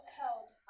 held